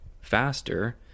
faster